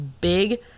big